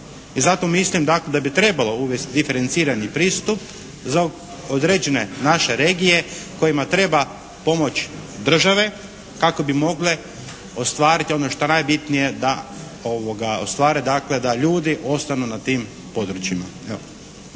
i zato mislim da bi trebalo uvesti diferencirani pristup za određene naše regije kojima treba pomoć države kako bi mogle ostvariti ono što je najbitnije da ostvare dakle da ljudi ostanu na tim područjima.